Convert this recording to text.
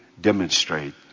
demonstrate